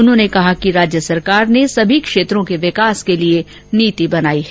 उन्होंने कहा कि राज्य सरकार ने सभी क्षेत्रों के विकास के लिए नीति बनाई है